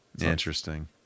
interesting